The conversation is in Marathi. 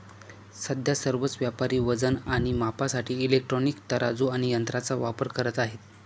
सध्या सर्वच व्यापारी वजन आणि मापासाठी इलेक्ट्रॉनिक तराजू आणि यंत्रांचा वापर करत आहेत